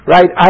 Right